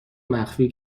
مخفی